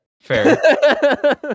fair